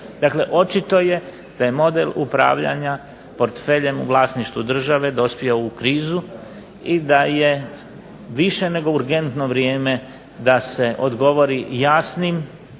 Dakle, očito je da je model upravljanja portfeljem u vlasništvu države dospio u krizu i da je više nego urgentno vrijeme da se odgovori jasnim